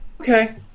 okay